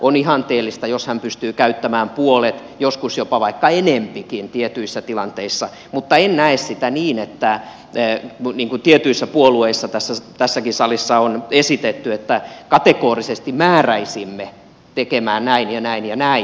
on ihanteellista jos hän pystyy käyttämään puolet joskus jopa vaikka enempikin tietyissä tilanteissa mutta en näe sitä niin niin kuin tietyissä puolueissa tässäkin salissa on esitetty että kategorisesti määräisimme tekemään näin ja näin ja näin